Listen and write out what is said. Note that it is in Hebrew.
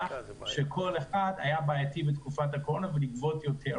שכל אחד היה בעייתי בתקופת הקורונה ולגבות יותר,